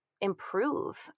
improve